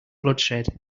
bloodshed